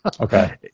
Okay